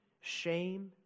shame